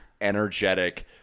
energetic